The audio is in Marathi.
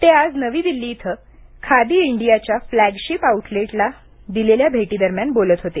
ते आज नवी दिल्ली येथे खादी इंडियाच्या फ्लॅगशिप आउटलेटला दिलेल्या भेटी दरम्यान बोलत होते